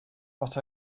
but